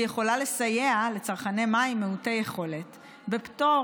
והוא יכול לסייע לצרכני מים מעוטי יכולת בפטור